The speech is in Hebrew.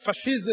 פאשיזם,